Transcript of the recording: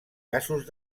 casos